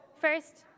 First